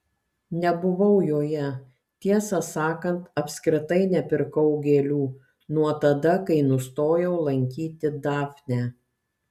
nebuvau joje tiesą sakant apskritai nepirkau gėlių nuo tada kai nustojau lankyti dafnę